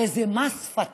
הרי זה מס שפתיים: